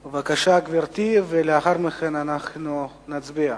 בבקשה, גברתי, ולאחר מכן אנחנו נצביע.